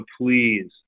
please